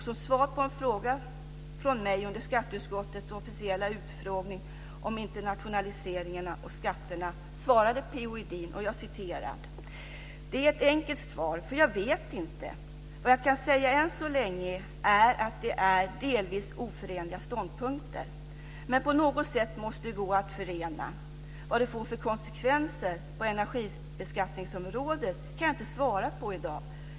Som svar på en fråga från mig under skatteutskottets officiella utfrågning om internationaliseringarna och skatterna svarade P-O Edin: Det är ett enkelt svar, för jag vet inte. Vad jag kan säga än så länge är att det är delvis oförenliga ståndpunkter. Men på något sätt måste de gå att förena. Vad det får för konsekvenser på energibeskattningsområdet kan jag inte svara på i dag.